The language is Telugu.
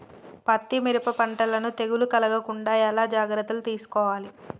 పత్తి మిరప పంటలను తెగులు కలగకుండా ఎలా జాగ్రత్తలు తీసుకోవాలి?